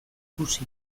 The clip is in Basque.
ikusi